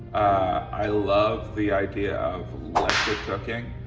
i love the idea of let's get cookin'.